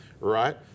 right